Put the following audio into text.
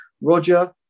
Roger